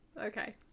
Okay